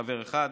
חבר אחד,